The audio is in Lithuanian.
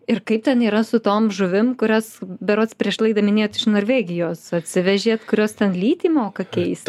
ir kaip ten yra su tom žuvim kurias berods prieš laidą minėjot iš norvegijos atsivežėt kurios ten lytį moka keist